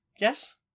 Yes